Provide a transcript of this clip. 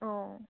অঁ